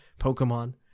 Pokemon